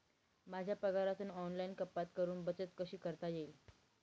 माझ्या पगारातून ऑनलाइन कपात करुन बचत कशी करता येईल?